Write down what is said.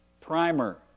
Primer